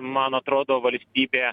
man atrodo valstybė